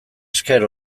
esker